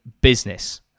business